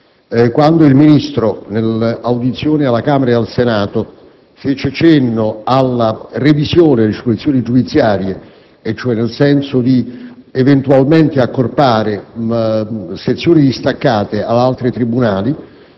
Quando il Ministro, nell'audizione sia alla Camera che al Senato, fece cenno alla revisione delle disposizioni giudiziarie, nel senso di eventualmente accorpare sezioni distaccate ad altri tribunali,